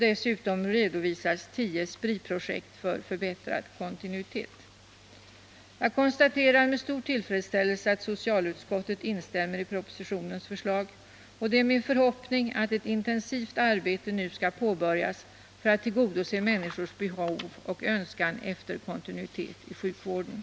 Dessutom redovisas 10 Spriprojekt för förbättrad kontinuitet. Jag konstaterar med stor tillfredsställelse att socialutskottet instämmer i propositionens förslag, och det är min förhoppning att ett intensivt arbete nu skall påbörjas för att tillgodose människors behov av och önskan om kontinuitet i sjukvården.